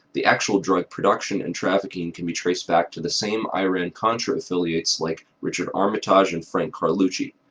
the actual drug production and trafficking can be traced back to the same iran-contra affiliates like richard armitage and frank carlucci.